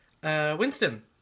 Winston